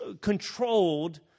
controlled